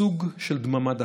סוג של דממה דקה.